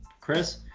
Chris